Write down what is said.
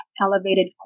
elevated